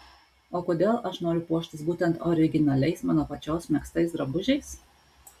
o kodėl aš noriu puoštis būtent originaliais mano pačios megztais drabužiais